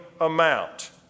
amount